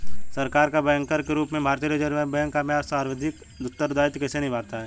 सरकार का बैंकर के रूप में भारतीय रिज़र्व बैंक अपना सांविधिक उत्तरदायित्व कैसे निभाता है?